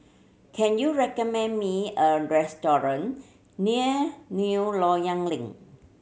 can you recommend me a restaurant near New Loyang Link